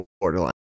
borderline